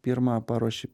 pirma paruoši